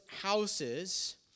houses